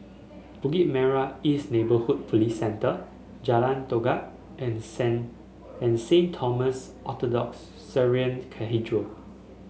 Bukit Merah East Neighbourhood Police Centre Jalan Todak and Saint Thomas Orthodox Syrian Cathedral